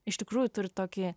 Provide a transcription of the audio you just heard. iš tikrųjų turi tokį